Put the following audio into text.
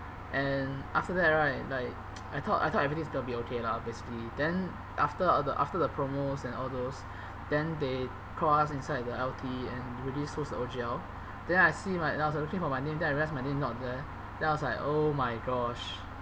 and after that right like I thought I thought everyone was gonna be okay lah basically then after all the after the promos and all those then they call us inside the L_T and release who's the O_G_L then I see my and I was looking for my name then I realise my name not there then I was like oh my gosh